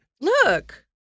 Look